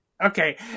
Okay